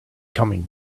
coming